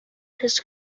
his